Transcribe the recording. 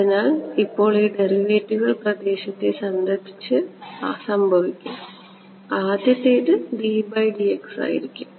അതിനാൽ ഇപ്പോൾ ഡെറിവേറ്റീവുകൾ പ്രദേശത്തെ സംബന്ധിച്ച് സംഭവിക്കും ആദ്യത്തേത് d by dx ആയിരിക്കും